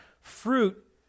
fruit